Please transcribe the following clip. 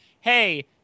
hey